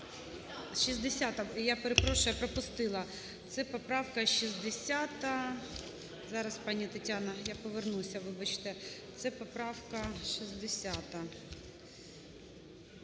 60-а, я перепрошую, я пропустила. Це поправка 60-а, зараз, пані Тетяна, я повернуся. Вибачте, це поправка 60-а.